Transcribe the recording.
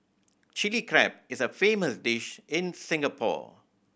Chilli Crab is a famous dish in Singapore